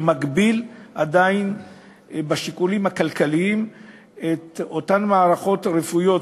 והן עדיין מגבילות בשיקולים הכלכליים את אותן מערכות רפואיות,